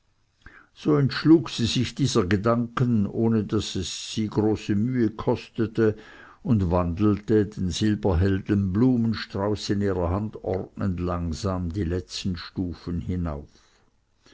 so entschlug sie sich dieser gedanken ohne daß es sie große mühe kostete und wandelte den silberhellen blumenstrauß in ihrer hand ordnend langsam die letzten stufen hinauf